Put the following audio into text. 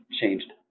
changed